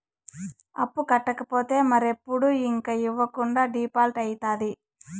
అప్పు కట్టకపోతే మరెప్పుడు ఇంక ఇవ్వకుండా డీపాల్ట్అయితాది